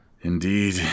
Indeed